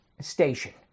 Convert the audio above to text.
station